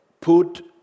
put